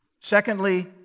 Secondly